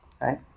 right